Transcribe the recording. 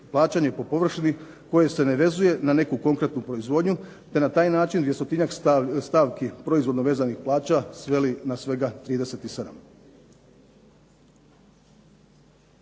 plaćanje po površini koje se ne vezuje na neku konkretnu proizvodnju te na taj način 200-tinjak stavki proizvodno vezanih plaća sveli na svega 37.